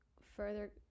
further